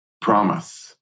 promise